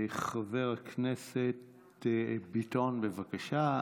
חבר הכנסת ביטון, בבקשה.